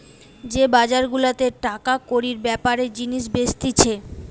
যে বাজার গুলাতে টাকা কড়ির বেপারে জিনিস বেচতিছে